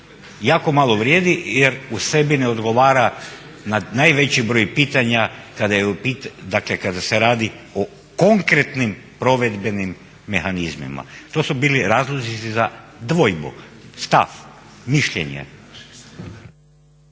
jako malo vrijedi jer u sebi ne odgovara na najveći broj pitanja kada je u pitanju, dakle kada se radi o konkretnim provedbenim mehanizmima. To su bili razlozi za dvojbu, stav, mišljenje.